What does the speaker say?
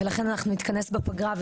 לכן אנחנו נתכנס בפגרה,